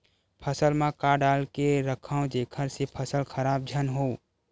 फसल म का डाल के रखव जेखर से फसल खराब झन हो?